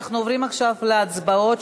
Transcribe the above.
אנחנו עוברים עכשיו להצבעות,